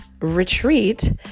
retreat